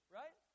right